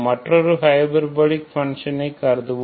மற்றொரு ஹைபர்போலிக் பன்ஷனை கறுதுவோம்